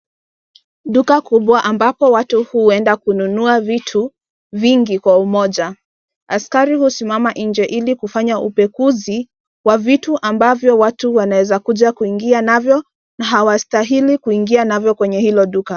Duka kubwa ambapo watu huenda kununua vitu vingi kwa umoja. Askari husimama nje ilikufanya upekuzi wa vitu ambavyo watu wanawezakuja kuingia navyo na hawastahili kuingia navyo kwenye hilo duka.